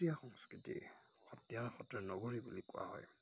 সত্ৰীয়া সংস্কৃতি সত্ৰীয়া সত্ৰ নগৰী বুলি কোৱা হয়